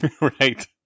right